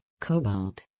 cobalt